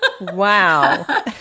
Wow